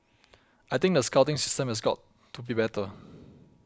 I think the scouting system has also got to be better